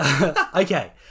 Okay